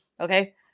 okay